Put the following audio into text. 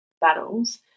battles